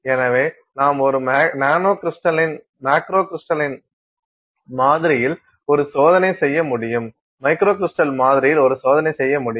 எனவே நாம் ஒரு மேக்ரோகிஸ்டலின் மாதிரியில் ஒரு சோதனை செய்ய முடியும் மைக்ரோ கிரிஸ்டல் மாதிரியில் ஒரு சோதனை செய்ய முடியும்